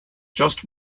just